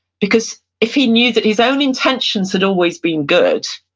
because if he knew that his own intentions had always been good,